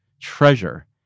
treasure